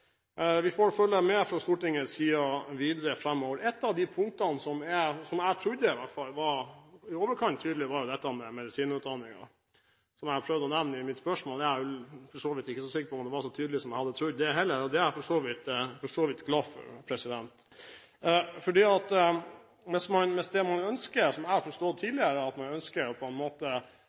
vi får fra Stortingets side følge med videre framover. Et av de punktene som jeg trodde var i overkant tydelig, var dette med medisinerutdanningen, som jeg prøvde å ta opp i min replikk. Jeg er ikke så sikker på om det var så tydelig som jeg hadde trodd, det heller, og det er jeg for så vidt glad for. Hvis det man ønsker – som jeg har forstått tidligere – er å gjøre et vedtak nasjonalt om hvordan medisinerutdanningen i Norge skal være, og man da rammer institusjoner som ikke har interesse av å endre på